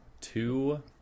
two